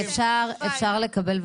אפשר לקבל,